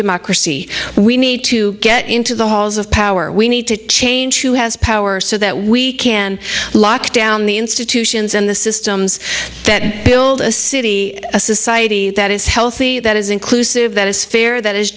democracy we need to get into the halls of power we need to change who has power so that we can lock down the institutions and the systems that build a city a society that is healthy that is inclusive that is fair that is